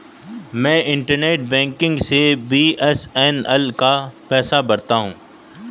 मैं internet banking से BSNL का पैसा भरता हूं